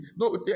No